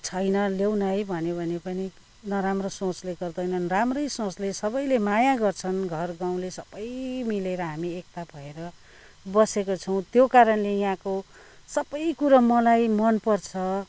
छैन ल्याउ न है भन्यो भने पनि नराम्रो सोचले गर्दैनन् राम्रै सोचले सबैले माया गर्छन् घर गाउँले सबै मिलेर हामी एकता भएर बसेको छौँ त्यो कारणले यहाँको सबै कुरो मलाई मन पर्छ